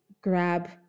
grab